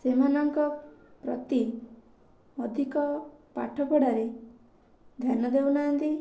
ସେମାନଙ୍କ ପ୍ରତି ଅଧିକ ପାଠପଢ଼ାରେ ଧ୍ୟାନ ଦେଉନାହାନ୍ତି